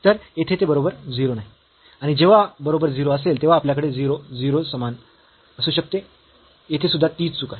तर येथे ते बरोबर 0 नाही आणि जेव्हा बरोबर 0 असेल तेव्हा आपल्याकडे 0 0 समान असू शकते येथे सुद्धा तीच चूक आहे